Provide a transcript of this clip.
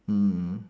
mm